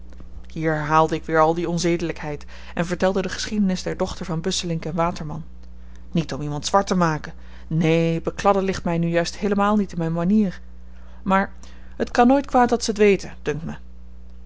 hier herhaalde ik weer al die onzedelykheid en vertelde de geschiedenis der dochter van busselinck waterman niet om iemand zwart te maken neen bekladden ligt nu juist heelemaal niet in myn manier maar het kan nooit kwaad dat ze t weten dunkt me